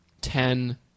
ten